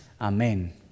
Amen